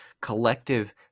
collective